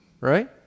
Right